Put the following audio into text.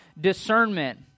discernment